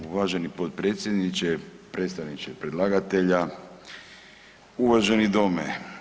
Uvaženi potpredsjedniče, predstavniče predlagatelja, uvaženi dome.